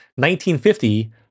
1950